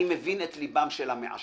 אני מבין את ליבם של המעשנים,